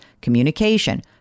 communication